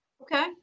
Okay